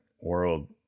world